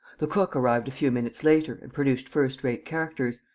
the cook arrived a few minutes later and produced first-rate characters,